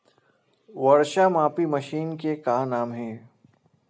वर्षा मापी मशीन के का नाम हे?